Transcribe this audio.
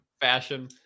fashion